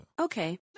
okay